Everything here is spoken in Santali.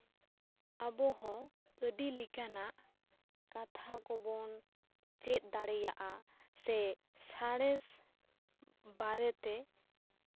ᱟᱵᱚ ᱦᱚᱸ ᱟᱹᱰᱤ ᱞᱮᱠᱟᱱᱟᱜ ᱠᱟᱛᱷᱟ ᱠᱚᱵᱚᱱ ᱪᱮᱫ ᱫᱟᱲᱮᱭᱟᱜᱼᱟ ᱥᱮ ᱥᱟᱬᱮᱥ ᱵᱟᱨᱮᱛᱮ